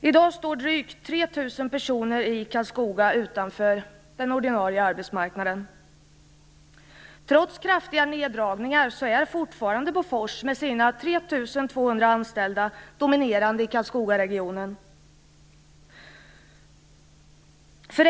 I dag står drygt Trots kraftiga neddragningar är Bofors med sina 3 200 anställda fortfarande dominerande i Karlskogaregionen.